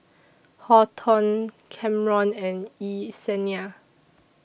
Horton Kamron and Yesenia